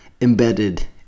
embedded